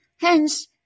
Hence